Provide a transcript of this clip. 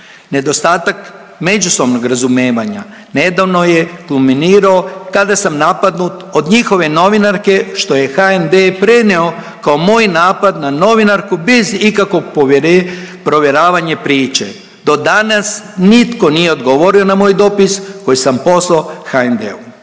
Nedostatak međusobnog razumijevanja nedavno je kulminirao kada sam napadnut od njihove novinarke što je HND preneo kao moj napad na novinarku bez ikakvog provjeravanja priče. Do danas nitko nije odgovorio na moj dopis koji sam poslao HND-u.